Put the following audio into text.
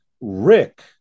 Rick